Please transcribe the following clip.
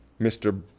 Mr